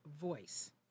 Voice